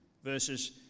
Verses